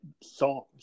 songs